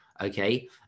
okay